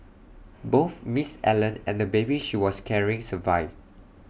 both miss Allen and the baby she was carrying survived